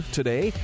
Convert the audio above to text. today